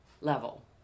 level